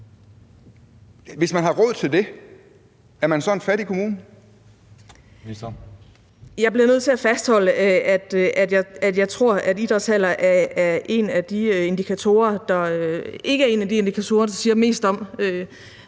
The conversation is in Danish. Social- og indenrigsministeren (Astrid Krag): Jeg bliver nødt til at fastholde, at jeg tror, at idrætshaller ikke er en af de indikatorer, der siger mest om,